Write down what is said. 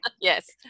Yes